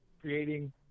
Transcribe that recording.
creating